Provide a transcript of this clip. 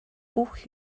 бүх